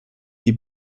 die